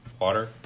water